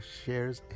shares